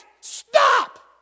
stop